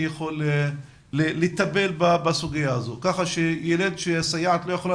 יכול לטפל בבעיה כך שילד שהסייעת שלו לא יכולה